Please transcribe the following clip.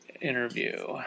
interview